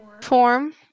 form